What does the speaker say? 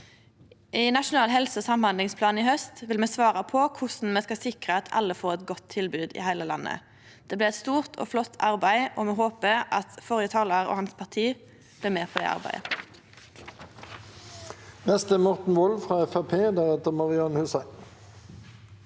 nasjonal helse- og samhandlingsplan svare på korleis me skal sikre at alle får eit godt tilbod i heile landet. Det blir eit stort og flott arbeid, og me håpar at førre talar og hans parti blir med på det arbeidet.